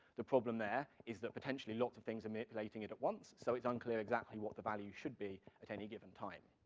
the problem there is that potentially, lots of things are manipulating it at once, so it's unclear exactly what the value should be at any given time.